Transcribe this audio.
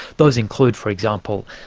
those include, for example,